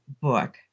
book